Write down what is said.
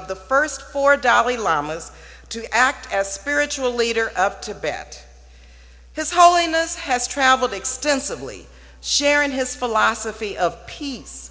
the first four dalai lamas to act as spiritual leader of tibet his holiness has travelled extensively sharing his philosophy of peace